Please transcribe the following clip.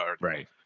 Right